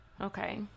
Okay